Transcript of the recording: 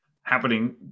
happening